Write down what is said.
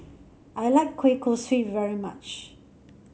I like Kueh Kosui very much